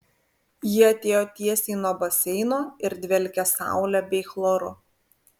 ji atėjo tiesiai nuo baseino ir dvelkė saule bei chloru